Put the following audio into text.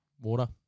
Water